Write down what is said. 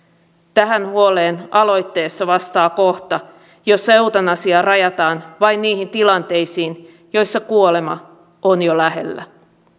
tähän huoleen aloitteessa vastaa kohta jossa eutanasia rajataan vain niihin tilanteisiin joissa kuolema on jo lähellä